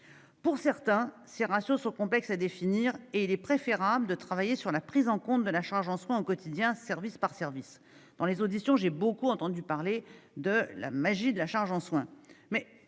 estiment que ces ratios sont complexes à définir, et qu'il est préférable de travailler sur la prise en compte de la charge en soins au quotidien, service par service. Lors des auditions, j'ai beaucoup entendu parler de la « magie » de la charge en soins.